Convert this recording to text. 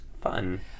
Fun